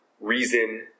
reason